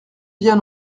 bien